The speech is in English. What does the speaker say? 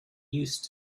used